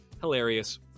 hilarious